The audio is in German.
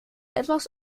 etwas